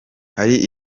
hari